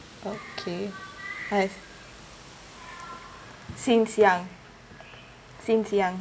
okay I've since young since young